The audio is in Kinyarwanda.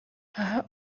aha